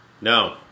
no